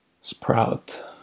sprout